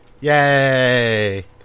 yay